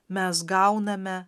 mes gauname